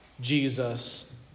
Jesus